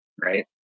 right